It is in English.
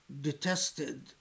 detested